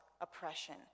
oppression